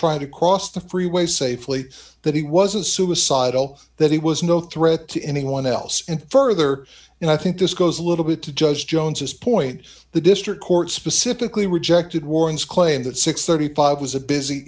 trying to cross the freeway safely that he was a suicidal that he was no threat to anyone else and further and i think this goes a little bit to judge jones this point the district court specifically rejected warren's claim that six hundred and thirty five was a busy